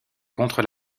contre